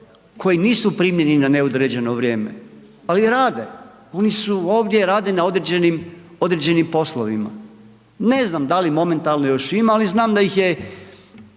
koji nisu primljeni na neodređeno vrijeme, ali rade, oni su ovdje rade na određenim, određenim poslovima. Ne znam da li momentalno još ima ali znam da ih je